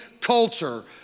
culture